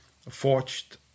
forged